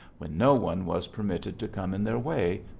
when no one was per mitted to come in their way,